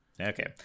Okay